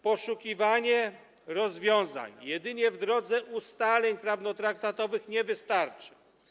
Poszukiwanie rozwiązań jedynie w drodze ustaleń prawnotraktatowych nie wystarczy.